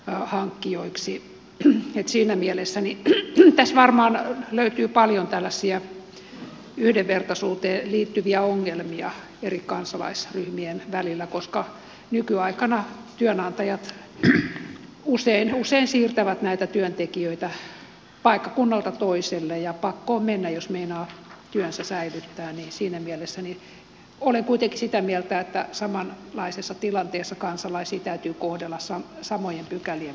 siinä mielessä tässä varmaan löytyy paljon tällaisia yhdenvertaisuuteen liittyviä ongelmia eri kansalaisryhmien välillä koska nykyaikana työnantajat usein siirtävät työntekijöitä paikkakunnalta toiselle ja pakko on mennä jos meinaa työnsä säilyttää niin että siinä mielessä olen kuitenkin sitä mieltä että samanlaisessa tilanteessa kansalaisia täytyy kohdella samojen pykälien mukaan